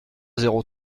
zéro